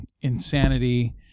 insanity